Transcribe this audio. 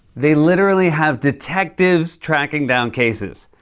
they literally have detectives tracking down cases.